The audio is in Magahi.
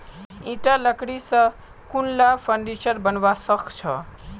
ईटा लकड़ी स कुनला फर्नीचर बनवा सख छ